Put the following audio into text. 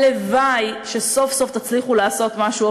הלוואי שסוף-סוף תצליחו לעשות משהו,